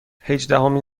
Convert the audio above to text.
هجدهمین